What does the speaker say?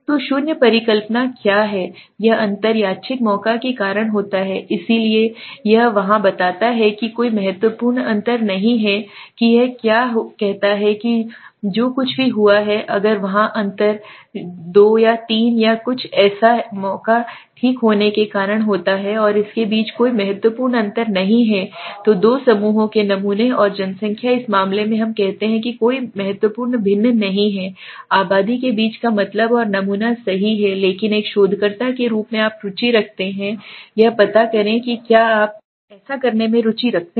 तो शून्य परिकल्पना क्या है यह अंतर यादृच्छिक मौका के कारण होता है इसलिए यह वहां बताता है कोई महत्वपूर्ण अंतर नहीं है कि यह क्या कहता है कि जो कुछ भी हुआ है अगर वहाँ अंतर है 2 3 या कुछ ऐसा एक मौका ठीक होने के कारण होता है और इसके बीच कोई महत्वपूर्ण अंतर नहीं है दो समूहों के नमूने और जनसंख्या इस मामले में हम कहते हैं कि कोई महत्वपूर्ण भिन्न नहीं है आबादी के बीच का मतलब और नमूना सही है लेकिन एक शोधकर्ता के रूप में आप रुचि रखते हैं यह पता करें कि क्या आप ऐसा करने में रुचि रखते हैं